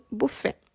buffet